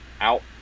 out